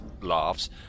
laughs